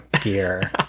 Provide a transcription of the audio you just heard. gear